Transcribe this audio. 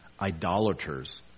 Idolaters